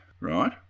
right